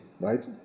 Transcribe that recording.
right